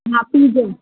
हा पीज